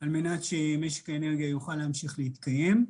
על מנת שמשק האנרגיה יוכל להמשיך להתקיים.